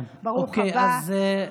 ברוך הבא.